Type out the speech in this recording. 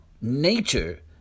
nature